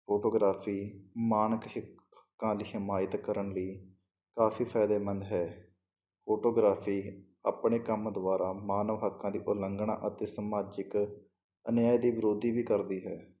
photography ਮਾਣਕ ਹਿੱਕ ਹੱਕਾਂ ਦੀ ਹਿਮਾਇਤ ਕਰਨ ਲਈ ਕਾਫ਼ੀ ਫਾਇਦੇਮੰਦ ਹੈ ਫੋਟੋਗ੍ਰਾਫੀ ਆਪਣੇ ਕੰਮ ਦੁਆਰਾ ਮਾਨਵ ਹੱਕਾਂ ਦੀ ਉਲੰਘਣਾ ਅਤੇ ਸਮਾਜਿਕ ਅਨਿਆਏ ਦੇ ਵਿਰੋਧੀ ਵੀ ਕਰਦੀ ਹੈ